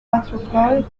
butterfly